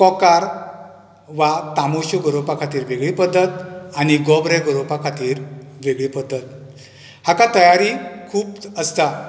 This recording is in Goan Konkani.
कोकार वा तामुशी गोरोवपा खातीर वेगळी पद्दत आनी गोब्रे गोरोवपा खातीर वेगळी पद्दत हाका तयारी खूब आसता